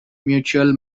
mutual